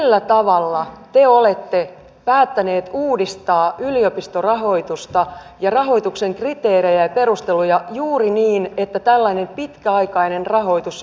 millä tavalla te olette päättäneet uudistaa yliopistorahoitusta ja rahoituksen kriteerejä ja perusteluja juuri niin että tällainen pitkäaikainen rahoitus on mahdollista